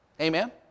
Amen